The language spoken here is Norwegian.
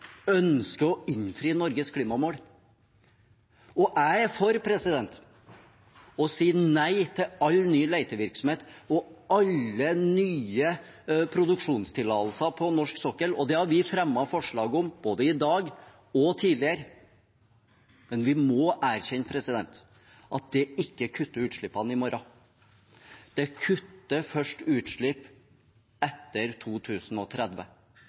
ønsker å innfri Norges klimamål. Jeg er for å si nei til all ny letevirksomhet og alle nye produksjonstillatelser på norsk sokkel. Det har vi fremmet forslag om både i dag og tidligere, men vi må erkjenne at det ikke kutter utslippene i morgen. Det kutter først utslipp etter 2030.